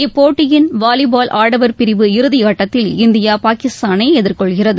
இப்போட்டியின் வாலிபால் ஆடவர் பிரிவு இறுதியாட்டத்தில் இந்தியா பாகிஸ்தானை எதிர்கொள்கிறது